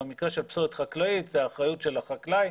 במקרה של פסולת חקלאית זה אחריות של החקלאי,